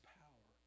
power